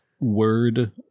word